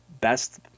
best